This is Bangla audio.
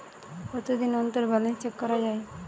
কতদিন অন্তর ব্যালান্স চেক করা য়ায়?